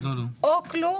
או כלום